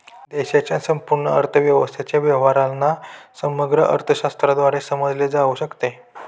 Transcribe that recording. देशाच्या संपूर्ण अर्थव्यवस्थेच्या व्यवहारांना समग्र अर्थशास्त्राद्वारे समजले जाऊ शकते